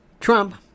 Trump